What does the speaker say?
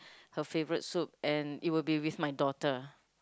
her favourite soup and it will be with my daughter